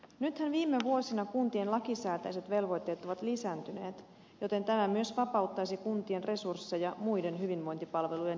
nythän viime vuosina kuntien lakisääteiset velvoitteet ovat lisääntyneet joten tämä myös vapauttaisi kuntien resursseja muiden hyvinvointipalvelujen järjestämiseen